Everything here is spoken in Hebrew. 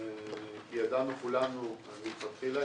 כי ידענו כולנו מלכתחילה,